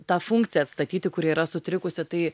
tą funkciją atstatyti kuri yra sutrikusi tai